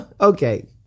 okay